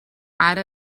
ara